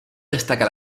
destaca